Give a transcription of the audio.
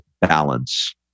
balance